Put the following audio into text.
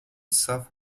south